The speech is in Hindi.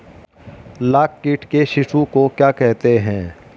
लाख कीट के शिशु को क्या कहते हैं?